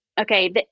Okay